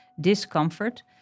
discomfort